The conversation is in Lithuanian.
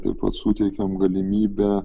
taip pat suteikiam galimybę